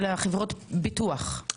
של חברות הביטוח.